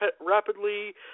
rapidly